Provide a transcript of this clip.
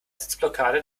sitzblockade